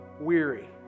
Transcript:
weary